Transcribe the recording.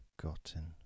forgotten